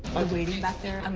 i'm waiting back there,